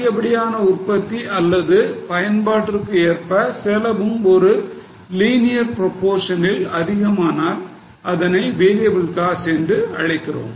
அதிகப்படியான உற்பத்தி அல்லது பயன்பாட்டிற்கு ஏற்ப செலவும் ஒரு லீனியர் புரோப்போர்ஷனில் அதிகமானால் அதனை variable costs என்று அழைக்கிறோம்